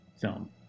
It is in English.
film